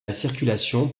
circulation